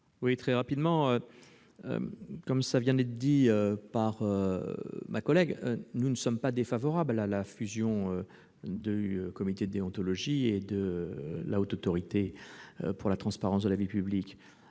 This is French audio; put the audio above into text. explication de vote. Comme vient de le dire ma collègue, nous ne sommes pas défavorables à la fusion du comité de déontologie et de la Haute Autorité pour la transparence de la vie publique.